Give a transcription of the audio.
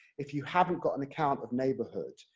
if you haven't got an account of neighborhood,